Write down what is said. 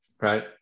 Right